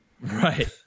Right